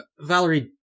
Valerie